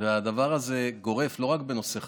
והדבר הזה גורף לא רק בנושא חתונות: